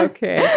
Okay